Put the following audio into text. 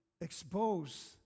expose